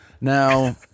now